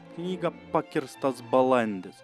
knygą pakirstas balandis